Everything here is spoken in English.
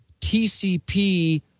TCP